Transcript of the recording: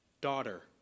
Daughter